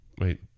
Wait